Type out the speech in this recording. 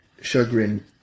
chagrin